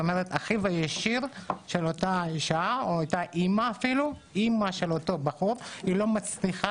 אחיו הישיר של אותה אישה או אם של אותו בחור לא מצליחה